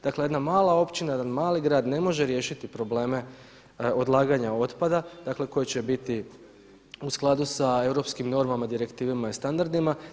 Dakle jedna mala općina, jedan mali grad ne može riješiti probleme odlaganja otpada, dakle koji će biti u skladu sa europskim normama, direktivama i standardima.